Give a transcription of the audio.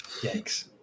yikes